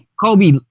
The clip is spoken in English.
Kobe